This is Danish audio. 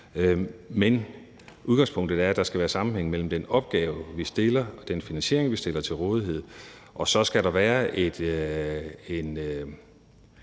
men udgangspunktet er, at der skal være sammenhæng mellem den opgave, vi stiller, og den finansiering, vi stiller til rådighed, og så skal der være en